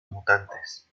mutantes